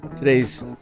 Today's